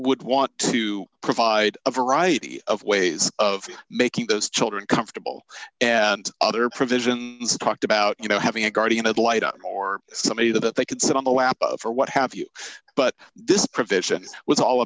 would want to provide a variety of ways of making those children comfortable and other provisions talked about you know having a guardian ad litum or somebody that they could sit on the lap for what have you but this provision was all